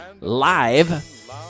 live